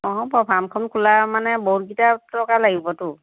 অঁ হ'ব ফাৰ্মখন খোলা মানে বহুতকেইটা টকা লাগিবতো